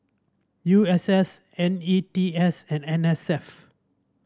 U S S N E T S and N S F